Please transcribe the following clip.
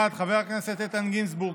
1. חבר הכנסת איתן גינזבורג,